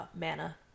mana